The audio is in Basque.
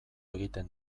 egiten